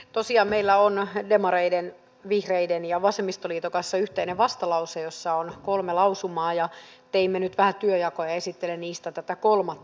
tosiaan meillä on demareiden vihreiden ja vasemmistoliiton kanssa yhteinen vastalause jossa on kolme lausumaa ja teimme nyt vähän työnjakoa ja esittelen niistä tätä kolmatta